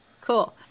Cool